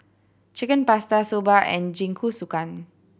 Chicken Pasta Soba and Jingisukan